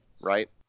right